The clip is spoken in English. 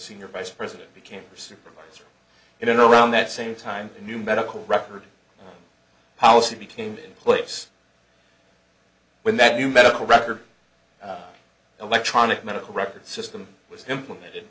senior vice president became a supervisor in and around that same time a new medical record policy between place when that new medical record electronic medical records system was implemented